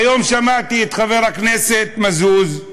היום שמעתי את חבר הכנסת מזוז,